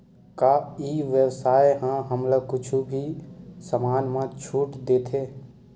का ई व्यवसाय ह हमला कुछु भी समान मा छुट देथे?